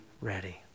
ready